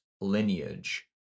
lineage